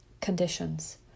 conditions